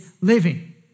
living